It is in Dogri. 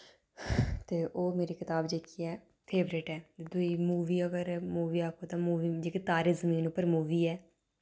ते ओह् मेरी कताब जेह्की ऐ फेवरेट ऐ ते दुई मूवी अगर मूवी आक्खो तां मूवी जेह्की तारे जमीन पर मूवी ऐ